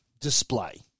display